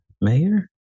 mayor